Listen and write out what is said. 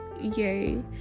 yay